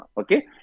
Okay